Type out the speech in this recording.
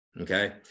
Okay